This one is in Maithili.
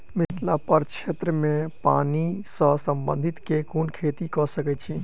मिथिला प्रक्षेत्र मे पानि सऽ संबंधित केँ कुन खेती कऽ सकै छी?